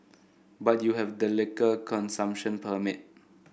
but you have a liquor consumption permit